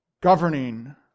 governing